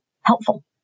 helpful